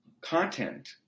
content